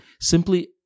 simply